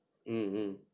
mm mm